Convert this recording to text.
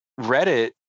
Reddit